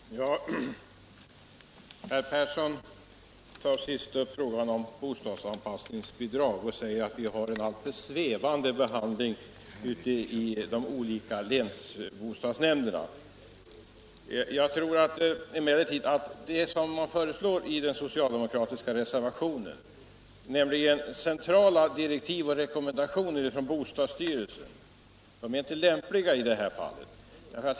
Herr talman! Herr Persson i Karlstad säger beträffande frågan om bostadsanpassningsbidrag att vi har haft en svävande behandling ute i de olika länsbostadsnämnderna. Jag tror emellertid att det som man föreslår i den socialdemokratiska reservationen, nämligen centrala direktiv och rekommendationer från bostadsstyrelsen, inte är lämpligt i detta fall.